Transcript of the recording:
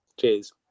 Cheers